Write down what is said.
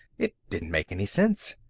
it didn't make any sense.